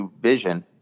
Vision